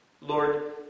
Lord